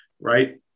right